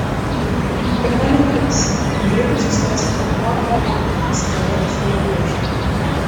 pirma mintis greitai susirasti tą uoką ir pasikalbėti su juo vyriškai